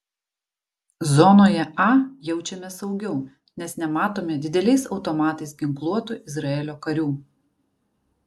zonoje a jaučiamės saugiau nes nematome dideliais automatais ginkluotų izraelio karių